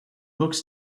books